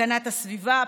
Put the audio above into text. הגנת הסביבה,